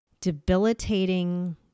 debilitating